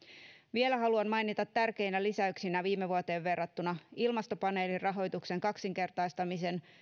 vielä haluan mainita tärkeinä lisäyksinä viime vuoteen verrattuna ilmastopaneelin rahoituksen kaksinkertaistamisen